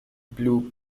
blue